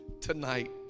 tonight